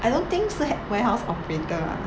I don't think 是 he~ warehouse operator